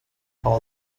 all